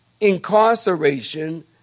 incarceration